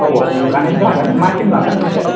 औ औ बानायनोथ' हागोन मा सिम लागोन ओमफ्राय